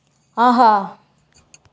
ஆஹா